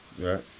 Right